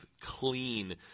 clean